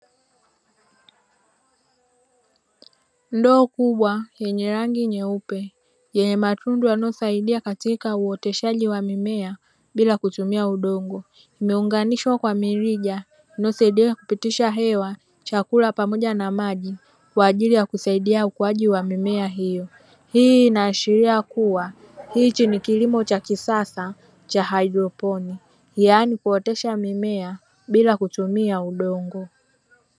Ndoo kubwa yenye rangi nyeupe yenye matundu yanayosaidia katika uoteshaji wa mimea bila kutumia udongo, imeunganisha kwa mirija inayosaidia kupitisha hewa, chakula pamoja na maji kwa ajili ya kusaidia ukuaji wa mimea hiyo. Hii inaashiria kuwa hiki ni kilimo cha kisasa cha haidroponi yaani kuoteshea mimea bila kutumia udongo.